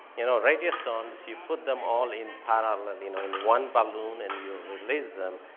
you know, radiosondes, you put them all in parallel, and you know, in one balloon, and you release them.